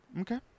Okay